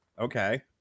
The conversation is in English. Okay